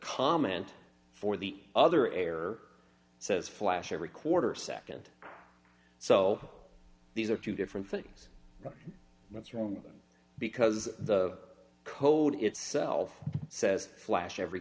comment for the other error says flash every quarter nd so these are two different things and that's wrong because the code itself says flash every